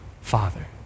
father